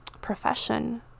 profession